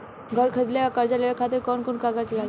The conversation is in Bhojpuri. घर खरीदे ला कर्जा लेवे खातिर कौन कौन कागज लागी?